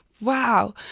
wow